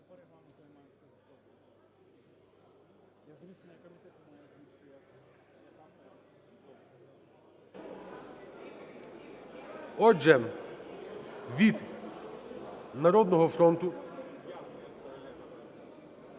Отже, від "Народного фронту"…